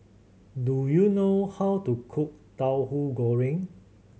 do you know how to cook Tahu Goreng